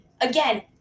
again